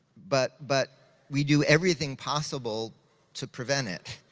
but but we do everything possible to prevent it,